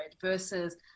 versus